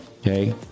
Okay